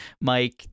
Mike